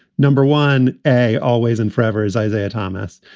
number one, a always and forever is isaiah thomas.